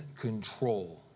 control